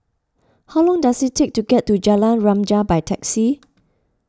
how long does it take to get to Jalan Remaja by taxi